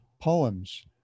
poems